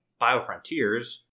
BioFrontiers